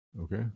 Okay